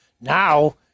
now